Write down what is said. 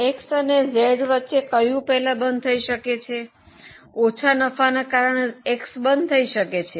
X અને Z વચ્ચે કયું પહેલા બંધ થઈ શકે છે ઓછા નફાને કારણે X બંધ થઈ શકે છે